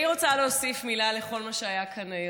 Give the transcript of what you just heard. אני רוצה להוסיף מילה לכל מה שהיה כאן הערב,